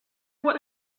what